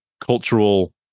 cultural